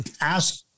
ask